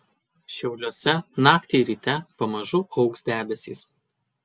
šiauliuose naktį ir ryte pamažu augs debesys